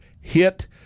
hit